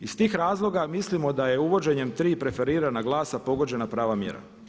Iz tih razloga mislimo da je uvođenjem tri preferirana glasa pogođena prava mjera.